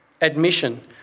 Admission